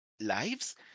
lives